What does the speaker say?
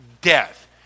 death